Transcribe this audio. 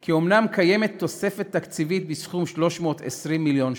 כי אומנם קיימת תוספת תקציבית בסכום 320 מיליון שקל,